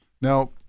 Now